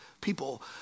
people